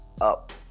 up